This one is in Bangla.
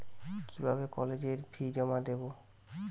কিভাবে কলেজের ফি জমা দেবো?